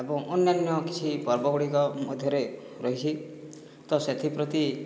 ଏବଂ ଅନ୍ୟାନ୍ୟ କିଛି ପର୍ବ ଗୁଡ଼ିକ ମଧ୍ୟରେ ରହିଛି ତ ସେଥିପ୍ରତି